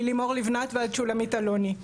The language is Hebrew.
מלימור לבנת ועד שולמית אלוני,